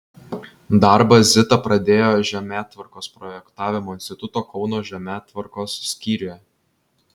darbą zita pradėjo žemėtvarkos projektavimo instituto kauno žemėtvarkos skyriuje